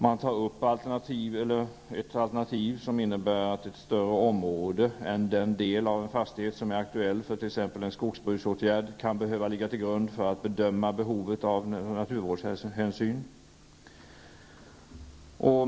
Man tar upp ett alternativ som innebär att ett större område än den del av en fastighet som är aktuell för t.ex. en skogsbruksåtgärd kan behöva ligga till grund för att bedöma behovet av naturvårdshänsyn.